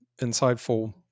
insightful